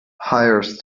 hires